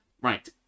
Right